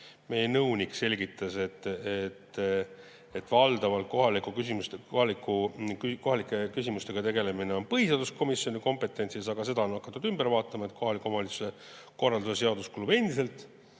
Meie nõunik selgitas, et valdavalt on kohalike küsimustega tegelemine põhiseaduskomisjoni kompetentsis, aga seda on hakatud ümber vaatama. Kohaliku omavalitsuse korralduse seadus kuulub endiselt